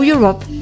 Europe